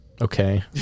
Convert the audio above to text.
Okay